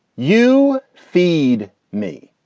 you feed me,